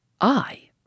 I